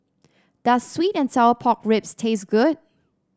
does sweet and Sour Pork Ribs taste good